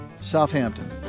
Southampton